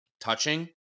touching